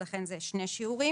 לכן זה שני שיעורים.